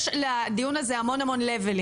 יש לדיון הזה המון-המון רמות,